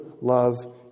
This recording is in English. love